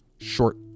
Short